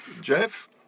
Jeff